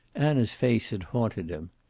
anna's face had haunted him.